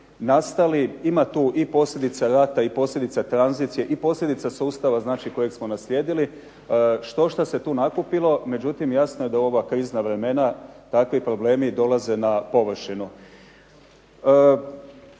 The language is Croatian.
nastali. Ima tu i posljedica rata, i posljedica tranzicije, i posljedica sustava kojeg smo naslijedili, štošta se tu nakupilo. Međutim, jasno je da u ova krizna vremena takvi problemi dolaze na površinu.